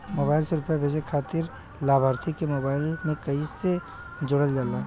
Mobile से रूपया भेजे खातिर लाभार्थी के मोबाइल मे कईसे जोड़ल जाला?